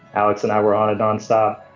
alex and i were on a non stop.